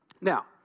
Now